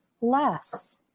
less